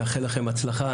אני מאחל לכם בהצלחה,